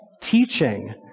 teaching